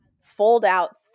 fold-out